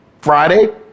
Friday